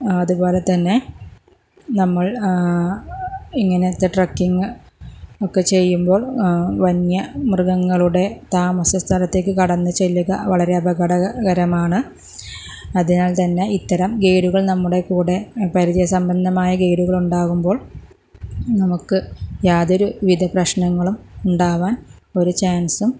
അതുപോലെ തന്നെ നമ്മൾ ഇങ്ങനത്തെ ട്രക്കിങ്ങ് ഒക്കെ ചെയ്യുമ്പോൾ വന്യമൃഗങ്ങളുടെ താമസ സ്ഥലത്തേക്ക് കടന്ന് ചെല്ലുക വളരെ അപകടകരമാണ് അതിനാൽ തന്നെ ഇത്തരം ഗൈഡുകൾ നമ്മുടെ കൂടെ പരിചയ സമ്പന്നമായ ഗൈഡുകൾ ഉണ്ടാകുമ്പോൾ നമുക്ക് യാതൊരു വിധ പ്രശ്നങ്ങളും ഉണ്ടാകാൻ ഒരു ചാൻസും